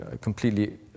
completely